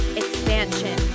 expansion